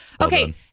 Okay